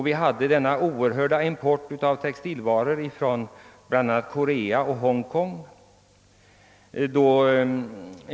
Vi hade då en oerhörd import av textilvaror bl.a. från Korea och Hongkong.